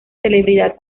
celebridad